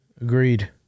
Agreed